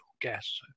gas